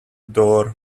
door